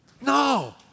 No